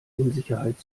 unsicherheit